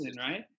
right